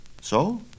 So